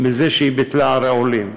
בזה שהיא ביטלה ערי עולים.